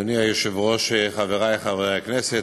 ה"חמאס",